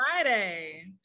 Friday